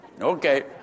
Okay